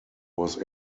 was